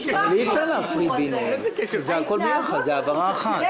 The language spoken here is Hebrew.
216 הילדים האלה הם עם צו של בית משפט.